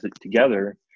together